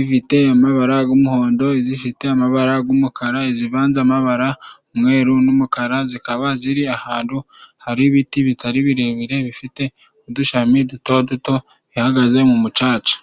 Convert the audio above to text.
ifite amabara g'umuhondo, izifite amabara g'umukara, zivanze amabara, ag'umweru n'umukara. Zikaba ziri ahantu hari ibiti bitari birebire bifite udushami duto duto. Ihagaze mu mucaca.